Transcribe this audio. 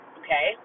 okay